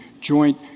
joint